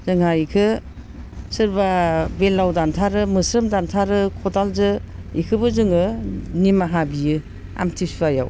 जोंहा बेखौ सोरबा बेदलाव दानथारो मोस्रोम दानथारो खदालजों बेखौबो जोङो निमाहा बियो आमथिसुवायाव